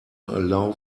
allow